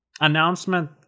Announcement